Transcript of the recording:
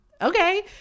okay